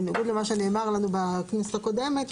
בניגוד למה שנאמר לנו בכנסת הקודמת,